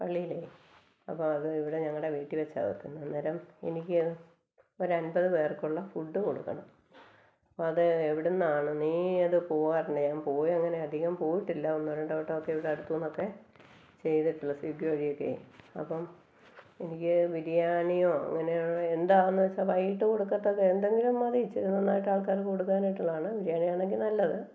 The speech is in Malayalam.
പള്ളിയിലെ അപ്പോൾ അത് ഇവിടെ ഞങ്ങളുടെ വീട്ടിൽ വെച്ചാന് നടക്കുന്നത് അന്നേരം എനിക്ക് ഒരമ്പത് പേർക്കുള്ള ഫുഡ് കൊടുക്കണം അപ്പോൾ അത് എവിടുന്നാണ് നീ ഏതോ പോകാറില്ലെ ഞാൻ പോയി അങ്ങനെ അധികം പോയിട്ടില്ല ഒന്നോ രണ്ടോ വട്ടമേ ഇവിടെ അടുത്ത് നിന്നൊക്കെ ചെയ്തിട്ടുള്ളൂ സ്വിഗ്ഗി വഴിയൊക്കെ അപ്പം എനിക്ക് ബീരിയാണിയോ ഇങ്ങനെ എന്താണന്ന് വെച്ചാൽ വൈകിട്ട് കൊടുക്കത്തക്ക എന്തെങ്കിലും മതി ഇച്ചിരി നന്നായിട്ട് ആൾക്കാർക്ക് കൊടുക്കാനായിട്ടുള്ളതാണ് ബിരിയാണിയാണെങ്കിൽ നല്ലത്